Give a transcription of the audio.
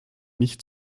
nicht